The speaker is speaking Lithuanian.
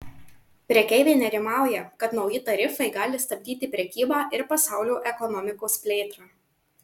prekeiviai nerimauja kad nauji tarifai gali stabdyti prekybą ir pasaulio ekonomikos plėtrą